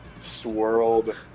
swirled